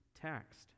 text